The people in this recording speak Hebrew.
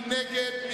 מי נגד?